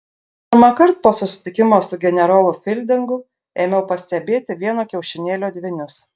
pirmąkart po susitikimo su generolu fildingu ėmiau pastebėti vieno kiaušinėlio dvynius